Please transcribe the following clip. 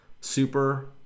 super